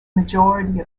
majority